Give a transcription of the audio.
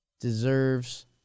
Deserves